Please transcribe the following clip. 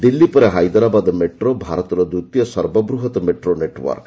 ଦିଲ୍ଲୀ ପରେ ହାଇଦରାବାଦ ମେଟ୍ରୋ ଭାରତର ଦ୍ୱିତୀୟ ସର୍ବବୃହତ ମେଟ୍ରୋ ନେଟ୍ୱର୍କ